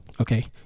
okay